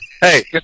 Hey